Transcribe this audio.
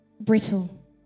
brittle